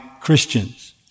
Christians